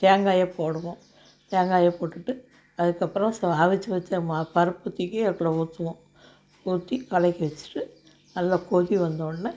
தேங்காயை போடுவோம் தேங்காயை போட்டுட்டு அதுக்கப்பறோம் ஸோ அவிச்சி வச்ச மா பருப்பை தூக்கி அதுக்குள்ள ஊற்றுவோம் ஊற்றி கலக்கி வச்சிட்டு அதில் கொதி வந்த உடனே